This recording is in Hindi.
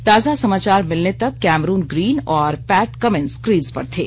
ताजा समाचार मिलने तक कैमरून ग्रीन और पैट कमिन्स क्रीज पर थे